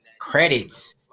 credits